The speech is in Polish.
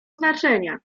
znaczenia